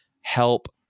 help